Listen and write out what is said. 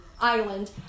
Island